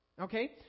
Okay